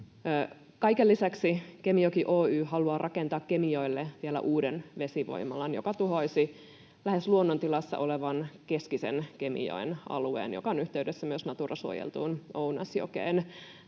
Kaiken lisäksi Kemijoki Oy haluaa rakentaa Kemijoelle vielä uuden vesivoimalan, joka tuhoaisi lähes luonnontilassa olevan keskisen Kemijoen alueen, joka on yhteydessä myös Natura-suojeltuun Ounasjokeen.